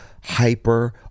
hyper